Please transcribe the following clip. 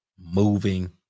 moving